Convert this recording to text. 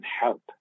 help